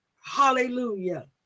hallelujah